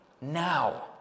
now